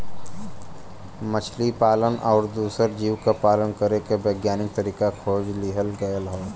मछली पालन आउर दूसर जीव क पालन करे के वैज्ञानिक तरीका खोज लिहल गयल हौ